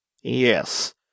Yes